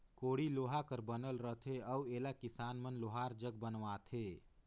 कोड़ी लोहा कर बनल रहथे अउ एला किसान मन लोहार जग बनवाथे